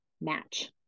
match